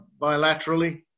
bilaterally